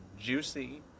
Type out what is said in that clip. Juicy